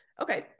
Okay